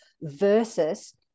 versus